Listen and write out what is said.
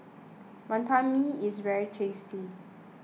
Wantan Mee is very tasty